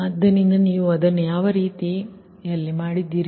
ಆದ್ದರಿಂದನೀವು ಅದನ್ನು ಯಾವ ರೀತಿಯಲ್ಲಿ ಮಾಡಿದ್ದೀರಿ